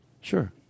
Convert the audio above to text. Sure